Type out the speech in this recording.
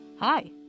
Hi